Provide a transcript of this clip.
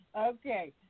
Okay